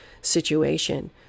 situation